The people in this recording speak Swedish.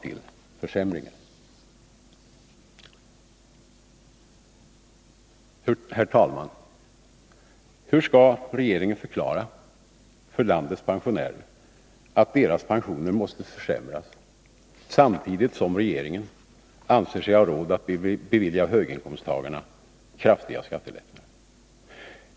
Herr talman! Hur skall regeringen förklara för landets pensionärer att deras pensioner måste försämras, samtidigt som regeringen anser sig ha råd att bevilja höginkomsttagare kraftiga skattelättnader?